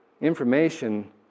information